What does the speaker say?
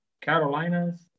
Carolina's